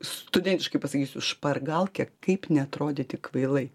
studentiškai pasakysiu špargalkė kaip neatrodyti kvailai